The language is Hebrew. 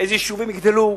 איזה יישובים יגדלו,